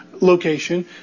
location